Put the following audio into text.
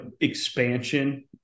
expansion